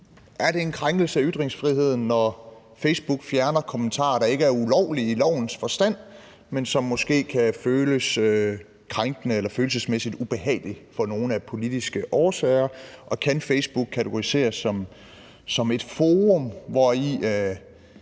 Er det en krænkelse af ytringsfriheden, når Facebook fjerner kommentarer, der ikke er ulovlige i lovens forstand, men som måske kan føles krænkende eller følelsesmæssigt ubehagelige for nogle af politiske årsager, og kan Facebook kategoriseres som et forum, hvori